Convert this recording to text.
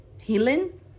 healing